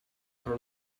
her